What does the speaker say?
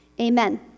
amen